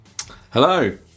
Hello